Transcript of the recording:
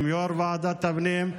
עם יו"ר ועדת הפנים.